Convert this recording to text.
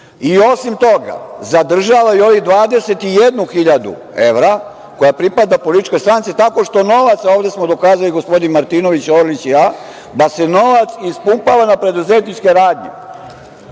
i osim toga zadržava i ovu 21 hiljadu evra, koja pripada političkoj stranci tako što novac, a ovde smo dokazali gospodin Martinović, Orlić i ja, da se novac ispumpava na preduzetničke radnje,